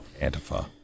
antifa